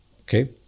Okay